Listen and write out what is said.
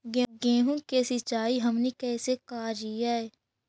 गेहूं के सिंचाई हमनि कैसे कारियय?